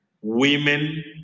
women